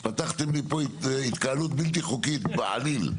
לי מכתבים מבית המשפט שפינו אותי מהבית שאני גרתי בו,